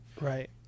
Right